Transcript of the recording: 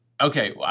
Okay